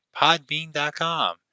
Podbean.com